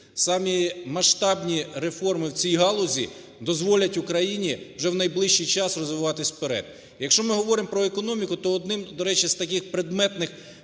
самі масштабні реформи в ці галузі дозволять Україні вже в найближчий час розвиватися вперед. Якщо ми говоримо про економіку, то одним, до речі, з таких предметних